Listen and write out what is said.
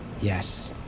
Yes